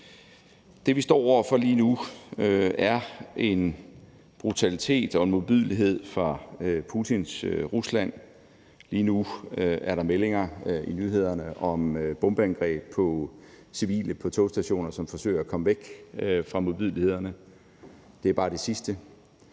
Det, vi står over for lige nu, er en brutalitet og en modbydelighed fra Putins Rusland. Lige nu er der meldinger i nyhederne om bombeangreb på civile på togstationer, som forsøger at komme væk fra modbydelighederne, og det er bare det sidste.